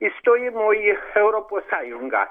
įstojimo į europos sąjungą